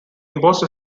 imposed